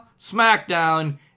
SmackDown